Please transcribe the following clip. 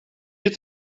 het